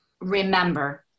remember